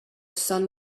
sun